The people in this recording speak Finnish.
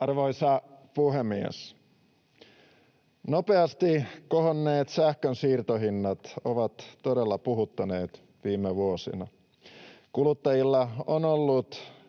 Arvoisa puhemies! Nopeasti kohonneet sähkönsiirtohinnat ovat todella puhuttaneet viime vuosina. Kuluttajilla on ollut